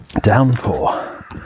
downpour